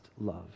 love